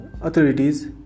authorities